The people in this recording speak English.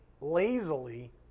lazily